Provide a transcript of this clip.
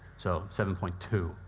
so, seven point two,